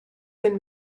been